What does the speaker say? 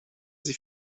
sie